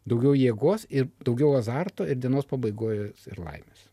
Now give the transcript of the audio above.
daugiau jėgos ir daugiau azarto ir dienos pabaigoj ir laimės